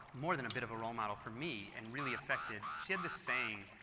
more than a bit of a role model for me and really effected she had this saying,